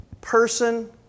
person